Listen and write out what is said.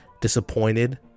disappointed